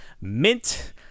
mint